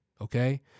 Okay